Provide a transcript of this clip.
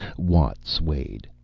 watt swayed,